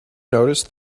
notice